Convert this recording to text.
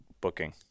booking